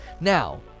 Now